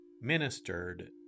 ministered